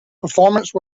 performance